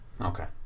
okay